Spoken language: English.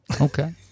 okay